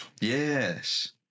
Yes